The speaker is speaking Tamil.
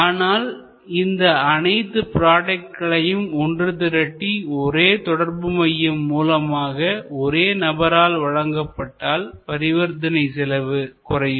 ஆனால் இந்த அனைத்து ப்ராடக்ட்களையும் ஒன்று திரட்டி ஒரே தொடர்பு மையம் மூலமாக ஒரே நபரால் வழங்கப்பட்டால் பரிவர்த்தனை செலவு குறைவும்